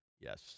Yes